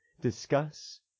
discuss